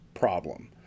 problem